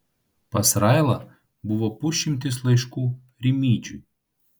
pas railą buvo pusšimtis laiškų rimydžiui